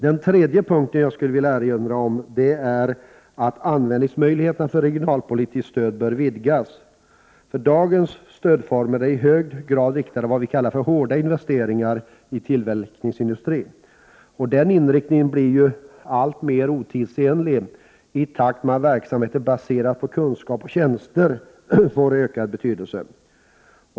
Den tredje princip som jag skulle vilja erinra om är att användningsmöjligheterna för regionalpolitiskt stöd bör vidgas. Dagens stödformer är i hög grad riktade mot ”hårda” investeringar i tillverkningsindustrin. Den inriktningen blir alltmer otidsenlig i takt med att verksamheter baserade på kunskaper och tjänster ökar i betydelse.